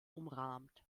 umrahmt